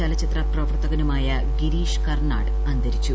ചലച്ചിത്ര പ്രവർത്തകനുമായി ഗിരീഷ് കർണാട് അന്തരിച്ചു